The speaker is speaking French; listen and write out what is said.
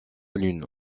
lune